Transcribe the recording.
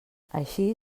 així